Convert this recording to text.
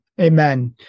Amen